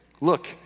Look